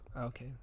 Okay